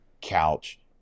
couch